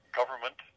government